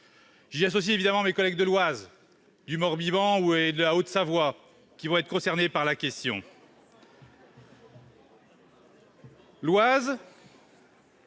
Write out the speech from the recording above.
J'y associe évidemment mes collègues de l'Oise, du Morbihan et de la Haute-Savoie, qui vont être concernés par la question. Pour